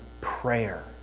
prayer